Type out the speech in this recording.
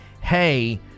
hey